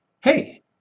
hey